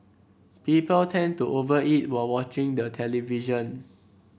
people tend to over eat while watching the television